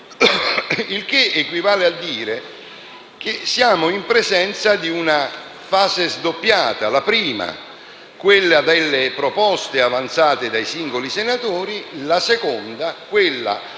Il che equivale a dire che siamo in presenza di una fase sdoppiata: la prima, quella delle proposte avanzate dai singoli senatori; la seconda, quella